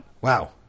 Wow